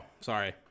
Sorry